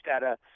data